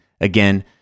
Again